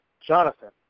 Jonathan